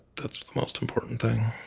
that's the most important thing,